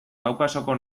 kaukasoko